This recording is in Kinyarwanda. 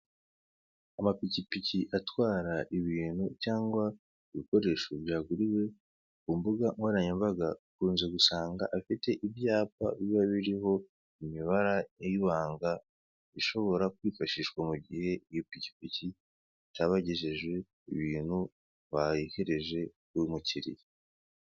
Amapikipiki atwara ibintu cyangwa ibikoresho byaguriwe ku mbuga nkoranyabaga, ukunze gusanga afite ibyapa biba biriho imibare y'ibanga ishobora kwifashishwa mu gihe iyo pikipiki itaba yagejeje ibintu bayihereje by'umukiliya